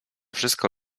wszystko